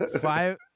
Five